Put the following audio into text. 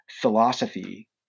philosophy